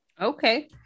Okay